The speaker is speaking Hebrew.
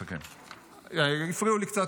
--- סכם, אריאל.